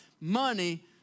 money